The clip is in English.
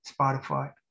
Spotify